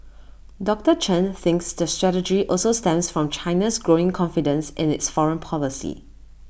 doctor Chen thinks the strategy also stems from China's growing confidence in its foreign policy